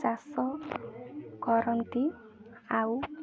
ଚାଷ କରନ୍ତି ଆଉ